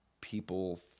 people